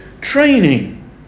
training